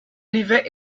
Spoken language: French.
livet